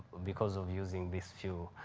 because of using this fuel.